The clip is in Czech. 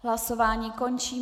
Hlasování končím.